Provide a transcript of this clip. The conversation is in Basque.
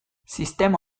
sistema